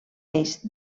eix